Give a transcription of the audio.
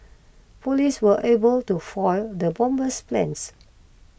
police were able to foil the bomber's plans